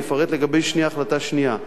אני אפרט לגבי ההחלטה השנייה.